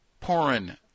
pouring